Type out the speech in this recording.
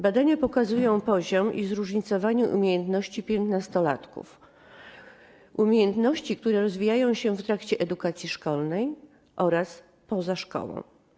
Badanie pokazuje poziom i zróżnicowanie umiejętności 15-latków, umiejętności, które rozwijane są w trakcie edukacji szkolnej oraz poza szkołą.